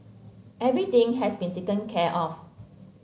everything has been taken care of